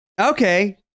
okay